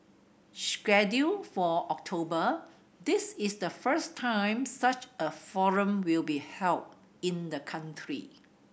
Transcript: scheduled for October this is the first time such a forum will be held in the country